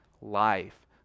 life